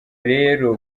rero